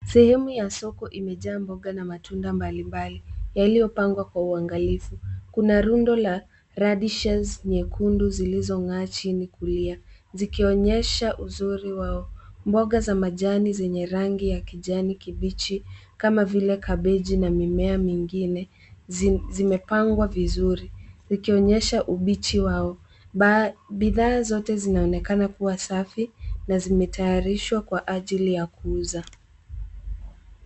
Sehemu ya soko imejaa mboga na matunda mbalimbali yaliyopangwa na uangalifu. Kuna rundo la radishes nyekundu zilizong'aa chini kulia zikionyesha uzuri wao. Mboga za majani zenye rangi ya kijani kibichi kama vile kabeji na mimea mingine zimepangwa vizuri zikionyesha ubichi wao. Bidhaa zote zinaonekana kuwa safi na zimetayarishwa kwa ajili ya kuuza.